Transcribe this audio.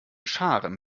scharen